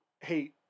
hey